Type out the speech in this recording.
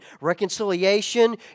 reconciliation